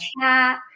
chat